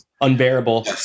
unbearable